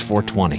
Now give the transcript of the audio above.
4:20